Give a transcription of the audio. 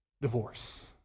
Divorce